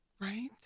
Right